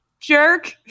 jerk